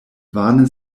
vane